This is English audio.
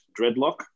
dreadlock